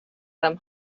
them